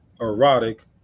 erotic